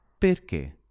Perché